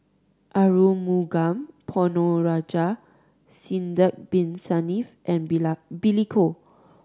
Arumugam Ponnu Rajah Sidek Bin Saniff and Billy Koh